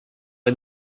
let